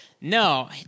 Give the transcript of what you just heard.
No